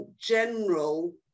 general